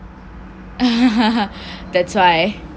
that's why